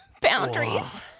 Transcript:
boundaries